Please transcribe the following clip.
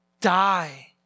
die